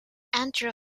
andrew